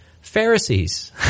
Pharisees